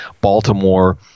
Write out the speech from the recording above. Baltimore